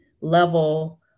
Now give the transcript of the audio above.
level